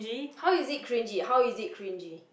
how is it cringy how is it cringy